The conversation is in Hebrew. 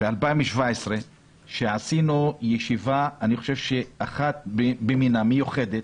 ב-2017 עשינו ישיבה מיוחדת ואחת במינה,